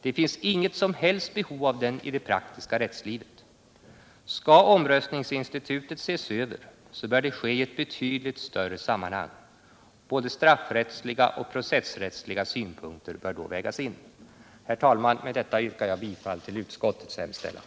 Det finns inget som helst behov av den i det praktiska rättslivet. Skall omröstningsinstitutet ses över så bör det ske i ett betydligt större sammanhang. Både straffrättsliga och processrättsliga synpunkter bör då vägas in. Herr talman! Med detta yrkar jag bifall till utskottets hemställan.